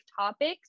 topics